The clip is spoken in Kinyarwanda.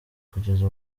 kugeza